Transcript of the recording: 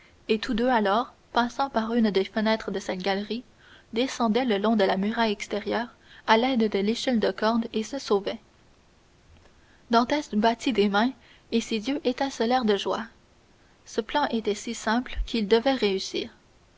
et tous deux alors passant par une des fenêtres de cette galerie descendaient le long de la muraille extérieure à l'aide de l'échelle de corde et se sauvaient dantès battit des mains et ses yeux étincelèrent de joie ce plan était si simple qu'il devait réussir